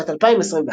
בשנת 2021,